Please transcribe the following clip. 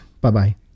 Bye-bye